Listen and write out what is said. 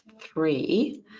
three